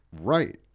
Right